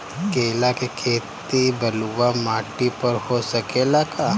केला के खेती बलुआ माटी पर हो सकेला का?